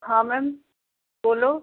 हाँ मैम बोलो